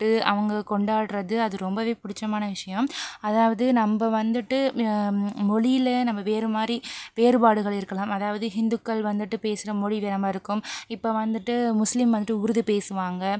கூப்பிட்டு அவங்க கொண்டாடுறது அது ரொம்பவே புடிச்சமான விஷயம் அதாவது நம்ப வந்துட்டு மொழில நம்ப வேறு மாதிரி வேறுபாடுகள் இருக்கலாம் அதாவது ஹிந்துக்கள் வந்துட்டு பேசுற மொழி வேறு மாதிரி இருக்கும் இப்போ வந்துட்டு முஸ்லீம் வந்துட்டு உருது பேசுவாங்க